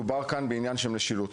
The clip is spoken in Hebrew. מדובר פה בעניין של משילות.